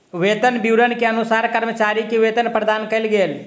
वेतन विवरण के अनुसार कर्मचारी के वेतन प्रदान कयल गेल